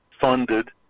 funded